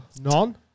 None